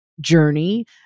journey